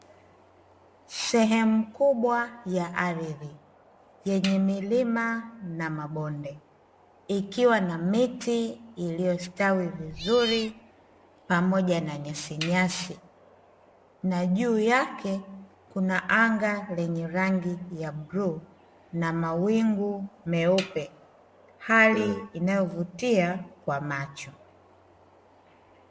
Sehemu kubwa ya ardhi yenye milima na mabonde ikiwa na miti iliyostawi vizuri pamoja na nyasinyasi, na juu yake kuna anga lenye rangi ya bluu na mawingu meupe, hali inayovutia kwa macho.